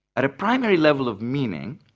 at a primary level of meaning,